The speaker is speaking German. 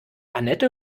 annette